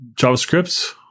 JavaScript